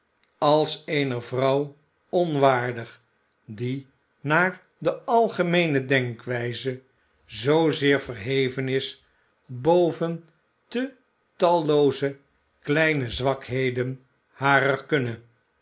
als eener vrouw onwaardig die naar de algemeene denkwijze zoo zeer verheven is boven te tallooze kleine zwakheden harer kunne